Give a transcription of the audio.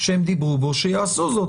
שהם דיברו בו, שיעשו זאת.